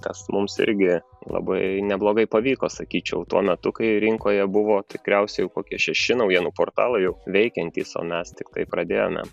tas mums irgi labai neblogai pavyko sakyčiau tuo metu kai rinkoje buvo tikriausiai jau kokie šeši naujienų portalai jau veikiantys o mes tiktai pradėjome